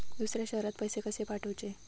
दुसऱ्या शहरात पैसे कसे पाठवूचे?